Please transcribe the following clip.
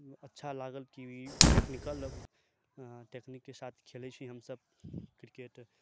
अच्छा लागल की टेक्निकल टेक्निक के साथ खेलै छी हम सब क्रिकेट तऽ